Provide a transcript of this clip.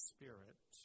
Spirit